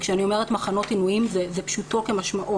כשאני אומרת מחנות עינויים זה פשוטו כמשמעו.